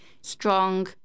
strong